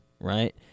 right